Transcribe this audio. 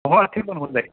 होय ते पण होऊन जाईल